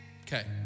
Okay